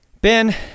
Ben